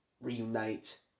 reunite